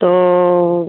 तो